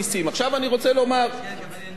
ודאי שאם היינו יכולים